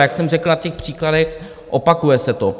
A jak jsem řekl na těch příkladech, opakuje se to.